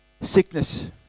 sickness